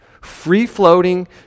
free-floating